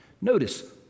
Notice